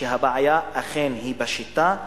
שהבעיה אכן היא בשיטה,